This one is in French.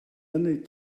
années